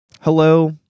Hello